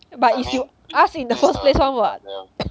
but is you ask in the first place [one] [what]